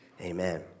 Amen